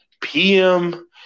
PM